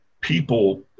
people